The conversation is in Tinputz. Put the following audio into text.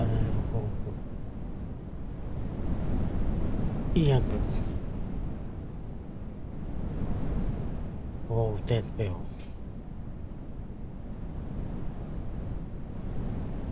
To arah rer o porokoh. I akuk, ovo tet peo.